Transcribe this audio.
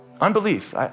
unbelief